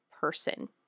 person